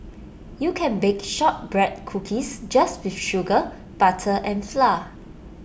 you can bake Shortbread Cookies just with sugar butter and flour